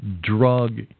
drug